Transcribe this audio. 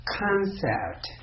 concept